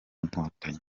nkotanyi